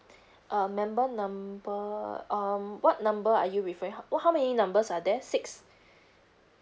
uh member number um what number are you referring ho~ what how many numbers are there six